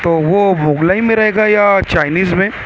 تو وہ مغلئی میں رہے گا یا چائنیز میں